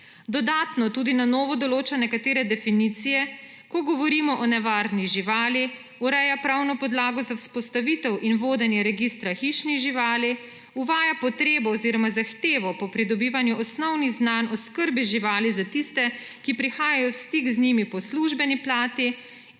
Dodatno tudi na novo določa nekatere definicije, ko govorimo o nevarni živali, ureja pravno podlago za vzpostavitev in vodenje registra hišnih živali, uvaja potrebo oziroma zahtevo po pridobivanju osnovnih znanj oskrbe živali za tiste, ki prihajajo v stik z njimi po službeni plati